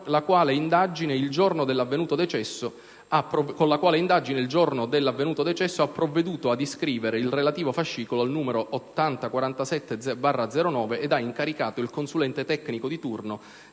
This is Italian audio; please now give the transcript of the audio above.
con la quale indagine il giorno dell'avvenuto decesso ha provveduto ad iscrivere il relativo fascicolo al n. 8047/09 ed ha incaricato il consulente tecnico di turno